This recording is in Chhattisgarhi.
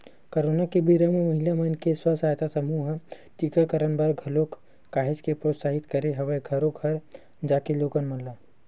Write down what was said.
करोना के बेरा म महिला मन के स्व सहायता समूह ह टीकाकरन बर घलोक काहेच के प्रोत्साहित करे हवय घरो घर जाके लोगन मन ल